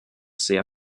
sehr